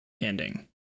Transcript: ending